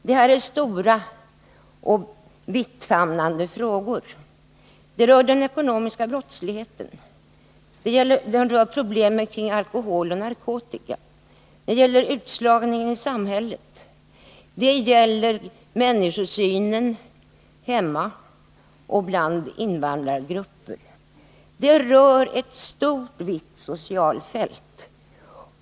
Den här frågan omfattar stora och vittfamnande frågor: den rör den ekonomiska brottsligheten, problemen kring alkohol och narkotika, utslagningen i samhället och människosynen i hemmet och bland invandrargrupper. Det är alltså fråga om ett stort och utbrett socialt fält.